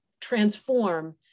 transform